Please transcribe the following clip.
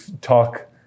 talk